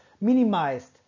minimized